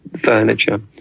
furniture